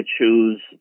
choose